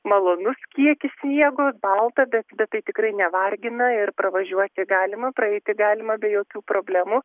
malonus kiekis sniego balta bet bet tai tikrai nevargina ir pravažiuoti galima praeiti galima be jokių problemų